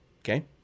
Okay